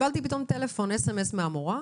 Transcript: קיבלתי פתאום טלפון, SMS מהמורה: